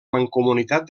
mancomunitat